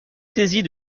saisie